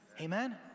Amen